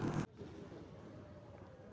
केकरो मोबाइल सऽ पैसा केनक भेजलो जाय छै?